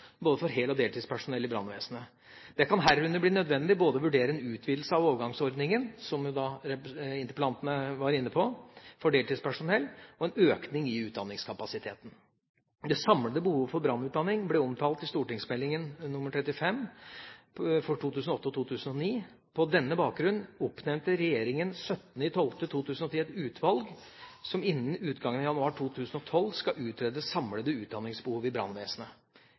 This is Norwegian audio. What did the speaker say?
både for hel- og deltidspersonell i brannvesenet. Det kan herunder bli nødvendig både å vurdere en utvidelse av overgangsordningen for deltidspersonell, som jo interpellanten var inne på, og en økning i utdanningskapasiteten. Det samlede behovet for brannutdanning ble omtalt i St.meld. nr. 35 for 2008–2009. På denne bakgrunn oppnevnte regjeringen 17. desember 2010 et utvalg som innen utgangen av januar 2012 skal utrede det samlede utdanningsbehovet i brannvesenet.